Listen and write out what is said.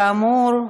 כאמור,